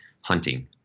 hunting